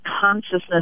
consciousness